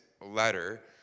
letter